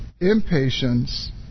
impatience